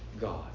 God